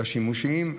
של השימושים,